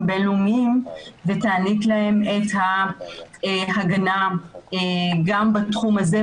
בין-לאומיים ותעניק להם הגנה גם בתחום הזה,